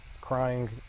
crying